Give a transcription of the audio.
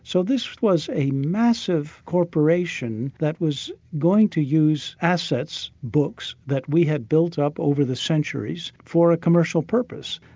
so this was a massive corporation that was going to use assets, books, that we had built up over the centuries, for a commercial purpose.